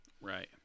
Right